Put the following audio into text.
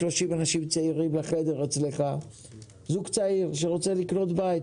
30 אנשים צעירים שרוצים לקנות בית.